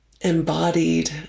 embodied